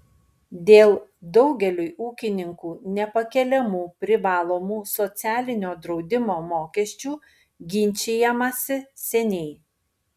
dėl daugeliui ūkininkų nepakeliamų privalomų socialinio draudimo mokesčių ginčijamasi seniai